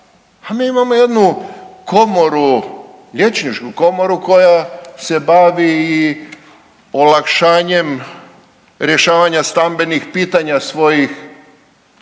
A mi imamo komoru, liječničku komoru koja se bavi i olakšanjem rješavanja stamenih pitanja svojih,